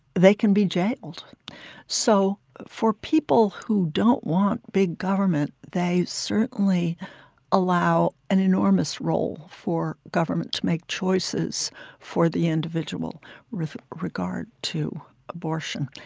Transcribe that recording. they can be jailed so for people who don't want big government, they certainly allow an enormous role for government to make choices for the individual with regard to abortion.